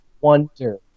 wonder